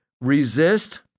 resist